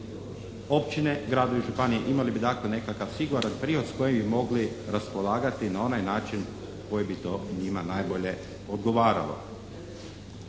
općine, grada i županije, imali bi dakle nekakav siguran prihod s kojim bi mogli raspolagati na onaj način koji bi to njima najbolje odgovaralo.